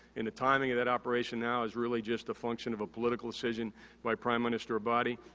and, the timing of that operation now is really just a function of a political decision by prime minister abadi.